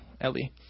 Ellie